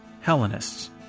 Hellenists